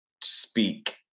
speak